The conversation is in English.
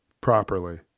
properly